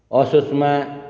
असोजमा